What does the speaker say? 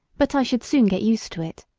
but i should soon get used to it